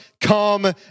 come